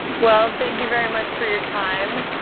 well, thank you very much for your time.